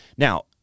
Now